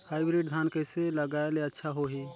Hybrid धान कइसे लगाय ले अच्छा होही?